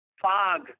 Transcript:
fog